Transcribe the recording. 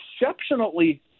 exceptionally